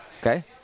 Okay